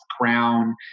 Crown